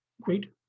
great